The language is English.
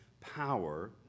power